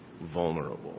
vulnerable